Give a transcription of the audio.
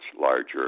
larger